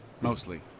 Mostly